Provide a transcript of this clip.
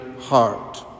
Heart